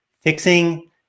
fixing